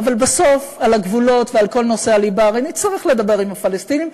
אבל בסוף על הגבולות ועל כל נושאי הליבה הרי נצטרך לדבר עם הפלסטינים.